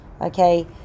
okay